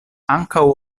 ankaŭ